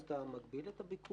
אז אתה מגביל את הביקורים.